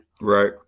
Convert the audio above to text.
Right